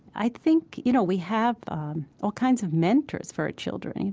i think, you know, we have all kinds of mentors for our children. you